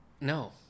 No